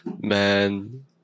man